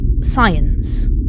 science